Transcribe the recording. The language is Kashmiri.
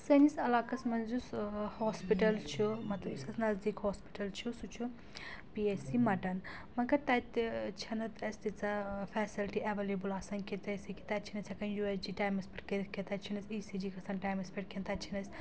سٲنِس علاقَس منٛز یُس ہاسپِٹَل چھُ مطلب یُس اَسہِ نزدیٖک ہاسپِٹَل چھُ سُہ چھُ پی ایچ سی مَٹن مگر تَتہِ چھنہٕ اَسہِ تیٖژاہ فَیسَلٹی ایوَیٚلیبٕل آسان کینٛہہ تیٚلہِ کہِ تَتہِ چھِنہٕ أسۍ ہؠکان یوٗ ایس جی ٹایمَس پؠٹھ کٔرِتھ کینٛہہ تَتہِ چھِنہٕ أسۍ ای سی جی گژھان ٹایمَس پؠٹھ کینٛہہ تَتہِ چھِنہٕ أسۍ